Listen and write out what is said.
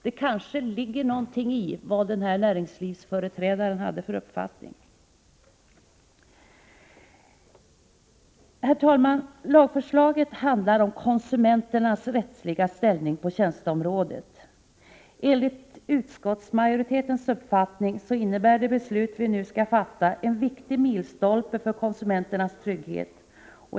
Det kanske ligger någonting i hans uppfattning. Herr talman! Lagförslaget handlar om konsumenternas rättsliga ställning på tjänsteområdet. Enligt utskottsmajoritetens uppfattning innebär det beslut vi nu skall fatta en viktig milstolpe för konsumenternas trygghet.